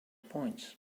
points